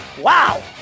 Wow